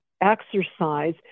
exercise